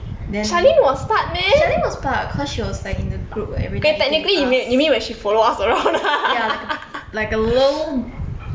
then charlene was part cause she was like in the group eh eating with us ya like like a lil